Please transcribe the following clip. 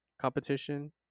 competition